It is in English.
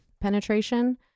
penetration